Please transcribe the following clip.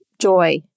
joy